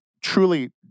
truly